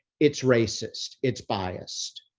it's racist, it's biased.